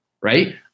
right